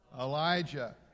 Elijah